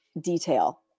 detail